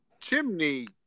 Chimney